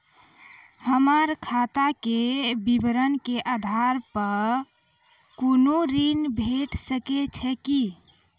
हमर खाता के विवरण के आधार प कुनू ऋण भेट सकै छै की?